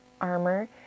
armor